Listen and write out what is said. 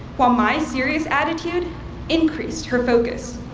while my serious attitude increased her focus.